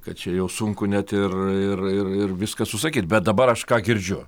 kad čia jau sunku net ir ir ir ir viską susakyt bet dabar aš ką girdžiu